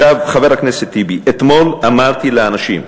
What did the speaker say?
חבר הכנסת טיבי, אתמול אמרתי לאנשים: